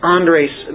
Andres